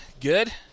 Good